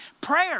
prayer